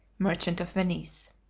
merchant of venice.